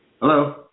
Hello